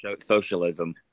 socialism